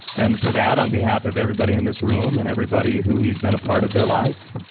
and for that, on behalf of everybody in this room and everybody who he's been a part of their life,